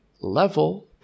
Level